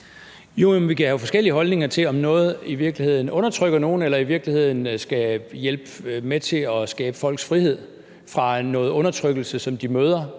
(DF): Vi kan jo have forskellige holdninger til, om noget i virkeligheden undertrykker nogen, eller om det i virkeligheden skal hjælpe med til at skabe folks frihed fra noget undertrykkelse, som de møder,